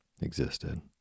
existed